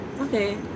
okay